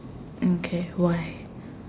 okay why